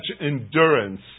endurance